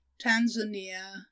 tanzania